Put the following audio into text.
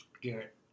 Garrett